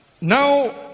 Now